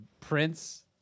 Prince